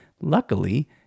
Luckily